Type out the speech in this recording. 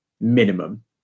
minimum